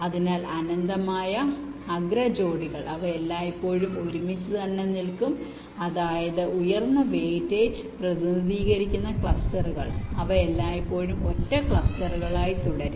അതിനാൽ അനന്തമായ അഗ്ര ജോടികൾ അവ എല്ലായ്പ്പോഴും ഒരുമിച്ച് നിൽക്കും അതായത് ഉയർന്ന വെയിറ്റേജ് പ്രതിനിധീകരിക്കുന്ന ക്ലസ്റ്ററുകൾ അവ എല്ലായ്പ്പോഴും ഒറ്റ ക്ലസ്റ്ററുകളായി തുടരും